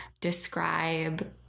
describe